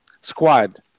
squad